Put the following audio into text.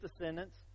descendants